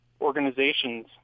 organizations